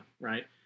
right